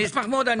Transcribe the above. אני אשמח מאוד.